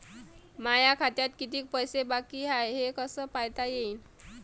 माया खात्यात कितीक पैसे बाकी हाय हे कस पायता येईन?